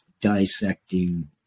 dissecting